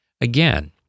Again